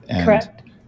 Correct